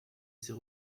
ses